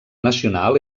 nacional